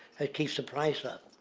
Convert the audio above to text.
ah keeps the price up.